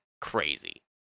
crazy